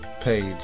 page